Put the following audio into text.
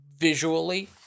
visually